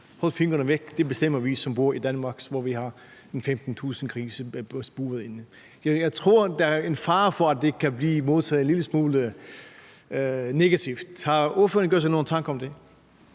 hold fingrene væk, det bestemmer vi, som bor i Danmark, hvor vi har ca. 12 millioner grise buret inde. Jeg tror, der er en fare for, at det kan blive modtaget en lille smule negativt. Har ordføreren gjort sig nogle tanker om det?